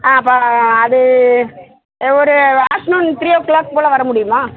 ஆ அப்போ அது எ ஒரு ஆஃப்டர்நூன் த்ரீயோ கிளாக் போல வரமுடியுமா